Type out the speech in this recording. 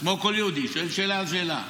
כמו כל יהודי, שואל שאלה על שאלה.